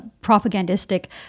propagandistic